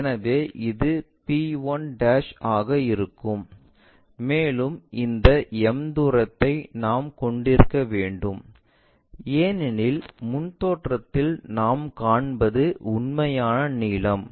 எனவே இது p1 ஆக இருக்கும் மேலும் இந்த m தூரத்தை நாம் கொண்டிருக்க வேண்டும் ஏனெனில் முன் தோற்றத்தில் நாம் காண்பது உண்மையான நீளம்